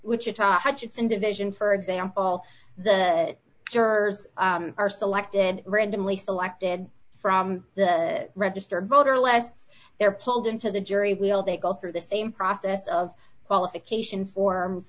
wichita hutchinson division for example the jurors are selected randomly selected from the registered voter less they're pulled into the jury will they go through the same process of qualification forms